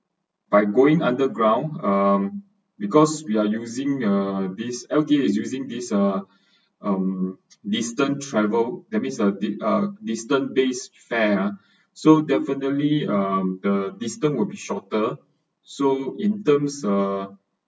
by going underground um because we are using uh these L_T_A is using this um um distance travel that’s mean dis~ uh distance based fare uh so definitely um the distant will be shorter so in terms uh